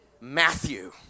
Matthew